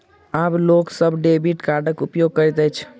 आब लोक सभ डेबिट कार्डक उपयोग करैत अछि